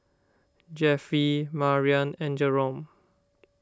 Jeffie Marian and Jerome